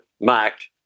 marked